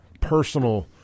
personal